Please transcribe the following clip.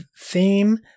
theme